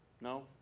No